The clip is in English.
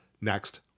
next